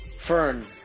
Fern